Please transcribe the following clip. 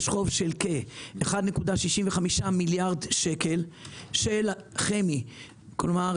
יש חוב של כ-1.65 מיליארד שקל של החברה